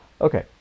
Okay